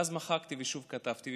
ואז מחקתי ושוב כתבתי,